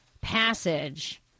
passage